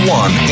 one